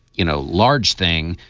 you know, large thing.